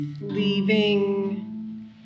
leaving